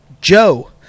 joe